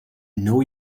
know